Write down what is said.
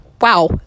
Wow